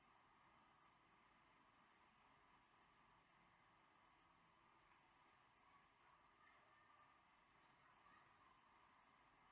yeuh uh